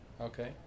okay